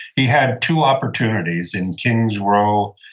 he had two opportunities in kings row,